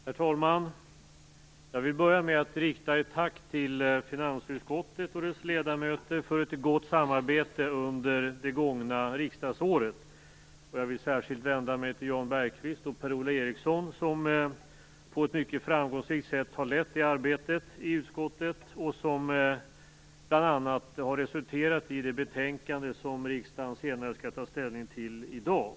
Herr talman! Jag vill börja med att rikta ett tack till finansutskottet och dess ledamöter för ett gott samarbete under det gångna riksdagsåret. Jag vill särskilt vända mig till Jan Bergqvist och Per-Ola Eriksson som på ett mycket framgångsrikt sätt har lett arbetet i utskottet, vilket bl.a. har resulterat i det betänkande som riksdagen senare skall ta ställning till i dag.